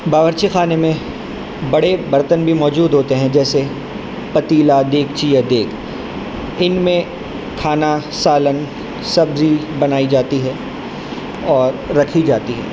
باورچی خانے میں بڑے برتن بھی موجود ہوتے ہیں جیسے پتیلا دیگچی یا دیگ ان میں کھانا سالن سبزی بنائی جاتی ہے اور رکھی جاتی ہے